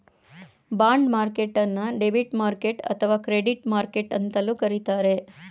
bond ಮಾರ್ಕೆಟ್ಟನ್ನು debit market ಅಥವಾ credit market ಅಂತಲೂ ಕರೆಯುತ್ತಾರೆ